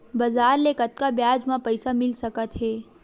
बजार ले कतका ब्याज म पईसा मिल सकत हे?